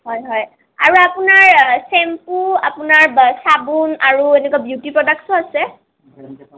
হয় হয় আৰু আপোনাৰ চেম্পু আপোনাৰ চাবোন আৰু এনেকোৱা বিউটি প্ৰডাক্টচো আছে